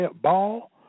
ball